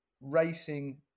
racing